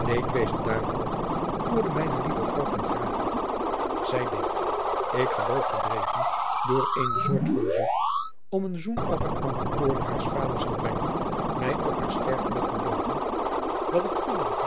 leedwezen daarover voerde mijne lieve vrouw ten grave zij deed ik geloof gedreven door eene soort van zucht om een zoenoffer aan den toorn haars vaders te brengen mij op haar sterfbed beloven dat ik